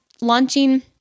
launching